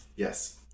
Yes